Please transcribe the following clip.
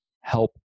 help